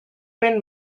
been